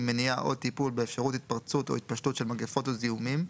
מניעה או טיפול באפשרות התפרצות או התפשטות של מגפות או זיהומים,